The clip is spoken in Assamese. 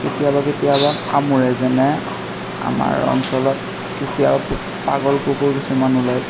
কেতিয়াবা কেতিয়াবা কামুৰে যেনে আমাৰ অঞ্চলত কেতিয়াবা পাগল কুকুৰ কিছুমান ওলায়